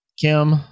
Kim